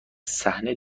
صحنه